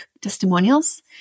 testimonials